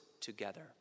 together